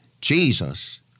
Jesus